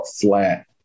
flat